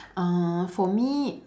uh for me